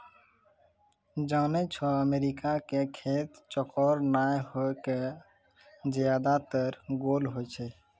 जानै छौ अमेरिका के खेत चौकोर नाय होय कॅ ज्यादातर गोल होय छै